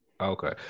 Okay